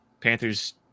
Panthers